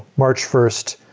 march first,